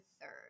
third